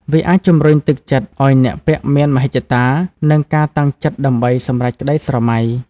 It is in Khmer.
វាអាចជំរុញទឹកចិត្តឱ្យអ្នកពាក់មានមហិច្ឆតា និងការតាំងចិត្តដើម្បីសម្រេចក្តីស្រមៃ។